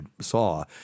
saw